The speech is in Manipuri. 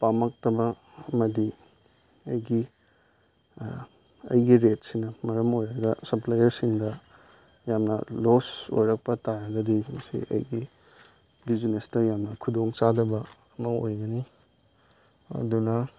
ꯄꯥꯝꯃꯛꯇꯕ ꯑꯃꯗꯤ ꯑꯩꯒꯤ ꯑꯩꯒꯤ ꯔꯦꯠꯁꯤꯅ ꯃꯔꯝ ꯑꯣꯏꯔꯒ ꯁꯞꯄ꯭ꯂꯥꯏꯌꯔꯁꯤꯡꯗ ꯌꯥꯝꯅ ꯂꯣꯁ ꯑꯣꯏꯔꯛꯄ ꯇꯥꯔꯒꯗꯤ ꯃꯁꯤ ꯑꯩꯒꯤ ꯕꯤꯖꯤꯅꯦꯁꯇ ꯌꯥꯝꯅ ꯈꯨꯗꯣꯡꯆꯥꯗꯕ ꯑꯃ ꯑꯣꯏꯒꯅꯤ ꯑꯗꯨꯅ